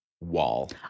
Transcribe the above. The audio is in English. wall